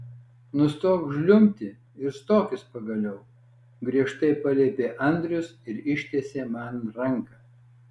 nustok žliumbti ir stokis pagaliau griežtai paliepė andrius ir ištiesė man ranką